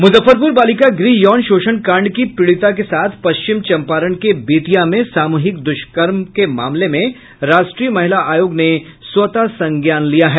मूजफ्फरपूर बालिका गृह यौन शोषण कांड की पीड़िता के साथ पश्चिम चंपारण के बेतिया में सामूहिक दुष्कर्म के मामले में राष्ट्रीय महिला आयोग ने स्वतः संज्ञान लिया है